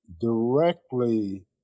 directly